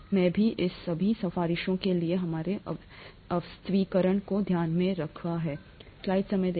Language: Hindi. में भी है इन सभी सिफारिशों के लिए हमारे अस्वीकरण को ध्यान में रखें